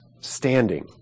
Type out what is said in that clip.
standing